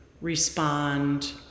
respond